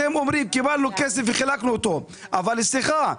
אתם אומרים קיבלנו כסף וחילקנו אותו אבל סליחה,